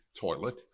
toilet